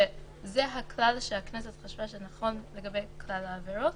שזה הכלל שהכנסת חשבה שנכון לגבי כלל העבירות.